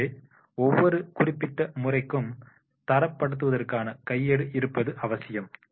ஆகவே ஒவ்வொரு குறிப்பிட்ட முறைக்கும் தர படுத்துவதற்கான கையேடு இருப்பது அவசியம்